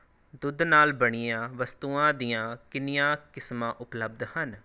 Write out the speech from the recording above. ਦੁੱਧ ਨਾਲ ਬਣੀਆਂ ਵਸਤੂਆਂ ਦੀਆਂ ਕਿੰਨੀਆਂ ਕਿਸਮਾਂ ਉਪਲਬਧ ਹਨ